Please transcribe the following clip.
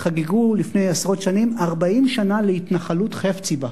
חגגו לפני עשרות שנים 40 שנה להתנחלות קיבוץ חפציבה.